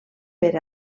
per